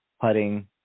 putting